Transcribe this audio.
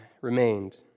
remained